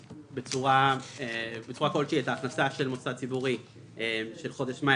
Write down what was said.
בצורה כלשהי את ההכנסה של מוסד ציבורי של חודש מאי